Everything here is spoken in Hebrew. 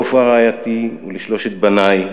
לעפרה רעייתי ולשלושת בני,